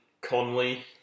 Conley